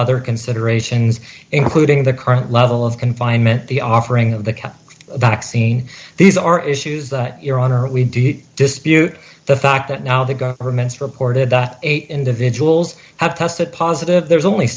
other considerations including the current level of confinement the offering of the cut back scene these are issues that your honor we do you dispute the fact that now the government's reported that eight individuals have tested positive there's only